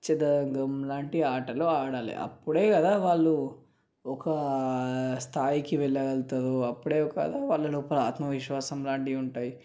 చదరంగం లాంటి ఆటలు ఆడాలి అప్పుడే కదా వాళ్ళు ఒక స్థాయికి వెళ్ళగలుగుతారు అప్పుడే కదా వాళ్ళ లోపల ఆత్మవిశ్వాసం లాంటివి ఉంటాయి